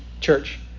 church